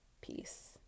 Peace